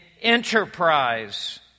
enterprise